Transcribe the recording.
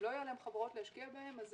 אם לא יהיו להם חברות להשקיע בהן אז